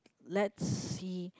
let's see